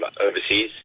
overseas